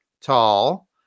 tall